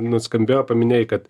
nuskambėjo paminėjai kad